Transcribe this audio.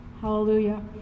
Hallelujah